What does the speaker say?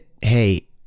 Hey